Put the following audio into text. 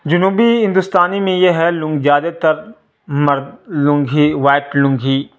جنوبی ہندوستانی میں یہ ہے لوگ زیادے تر مرد لنگی وائٹ لنگی